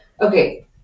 Okay